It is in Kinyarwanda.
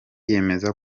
yemeza